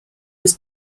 was